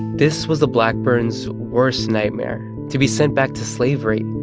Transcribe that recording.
this was the blackburn's worst nightmare to be sent back to slavery,